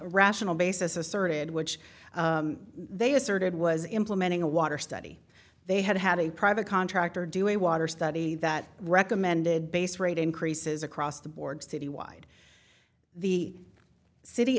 rational basis asserted which they asserted was implementing a water study they had had a private contractor do a water study that recommended base rate increases across the board citywide the city